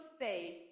faith